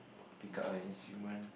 pick up an instrument